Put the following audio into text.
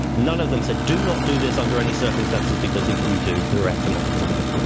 none of them said, do not do this under any circumstances because if you do the reactor might explode,